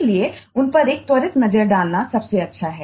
इसलिए उन पर एक त्वरित नज़र डालना सबसे अच्छा है